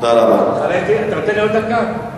תן לי עוד דקה,